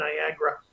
Niagara